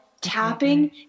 tapping